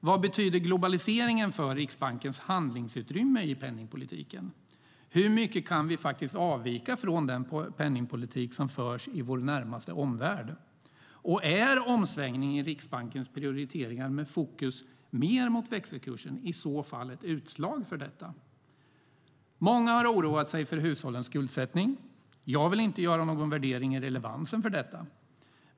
Vad betyder globaliseringen för Riksbankens handlingsutrymme i penningpolitiken? Hur mycket kan vi faktiskt avvika från den penningpolitik som förs i vår närmaste omvärld? Och är omsvängningen i Riksbankens prioriteringar med mer fokus på växelkursen i så fall ett utslag för detta? Många har oroat sig för hushållens skuldsättning. Jag vill inte göra någon värdering av relevansen för detta.